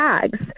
tags